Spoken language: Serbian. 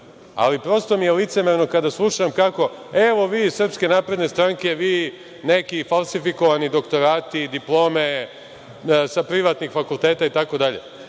Ali, prosto mi je licemerno kada slušam – evo, vi iz SNS, vi neki falsifikovani doktorati, diplome sa privatnih fakulteta itd.